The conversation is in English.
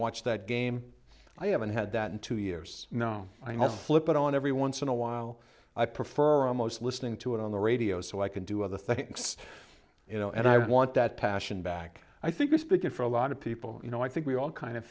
watch that game i haven't had that in two years now i must put on every once in a while i prefer almost listening to it on the radio so i can do other things you know and i want that passion back i think respected for a lot of people you know i think we all kind of